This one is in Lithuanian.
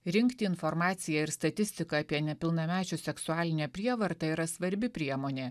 rinkti informaciją ir statistiką apie nepilnamečių seksualinę prievartą yra svarbi priemonė